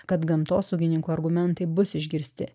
kad gamtosaugininkų argumentai bus išgirsti